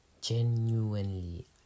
genuinely